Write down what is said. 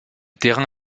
terrain